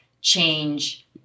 change